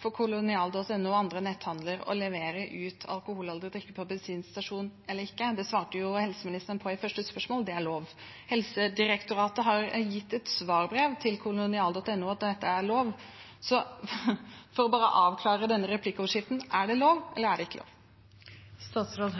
for kolonial.no og andre netthandlere å levere ut alkoholholdig drikke på bensinstasjon. Det svarte jo helseministeren på i første spørsmål – det er lov. Helsedirektoratet har gitt et svarbrev til kolonial.no om at dette er lov. For bare å avklare dette replikkordskiftet: Er det lov, eller er det ikke lov?